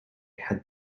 had